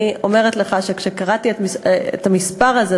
אני אומרת לך שכשקראתי את המספר הזה,